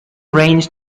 range